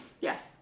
Yes